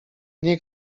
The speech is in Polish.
nie